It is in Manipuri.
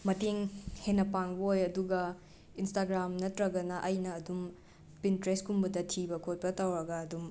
ꯃꯇꯦꯡ ꯍꯦꯟꯅ ꯄꯥꯡꯕ ꯑꯣꯏ ꯑꯗꯨꯒ ꯏꯟꯁꯇꯥꯒ꯭ꯔꯥꯝ ꯅꯠꯇ꯭ꯔꯒꯅ ꯑꯩꯅ ꯑꯗꯨꯝ ꯄꯤꯟꯇ꯭ꯔꯦꯁꯀꯨꯝꯕꯗ ꯊꯤꯕ ꯈꯣꯠꯄ ꯇꯧꯔꯒ ꯑꯗꯨꯝ